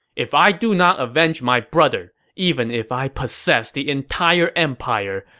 if i do not avenge my brother, even if i possess the entire empire,